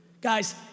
Guys